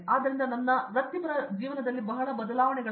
ಆದ್ದರಿಂದ ನನ್ನ ವಾಹಕದಲ್ಲಿ ಬಹಳಷ್ಟು ವೃತ್ತಿಪರ ಬದಲಾವಣೆಗಳಿವೆ